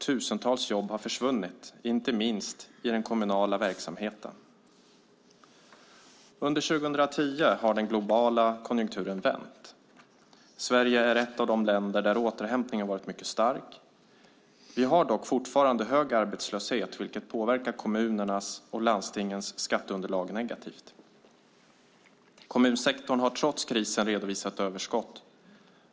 Tusentals jobb har försvunnit, inte minst i den kommunala verksamheten. Under 2010 har den globala konjunkturen vänt. Sverige är ett av de länder där återhämtningen varit mycket stark. Vi har dock fortfarande hög arbetslöshet, vilket påverkar kommunernas och landstingens skatteunderlag negativt. Kommunsektorn har trots krisen redovisat överskott.